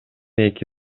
эки